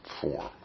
form